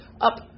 up